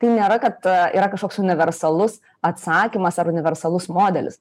tai nėra kad yra kažkoks universalus atsakymas ar universalus modelis